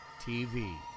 TV